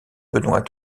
benoît